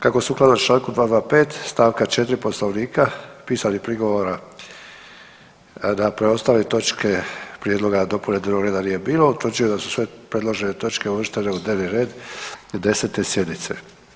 Kako sukladno čl. 225. st. 4. poslovnika pisanih prigovora na preostale točke prijedloga dopune dnevnog reda nije utvrđujem da su sve predložene točke uvrštene u dnevni red 10. sjednice.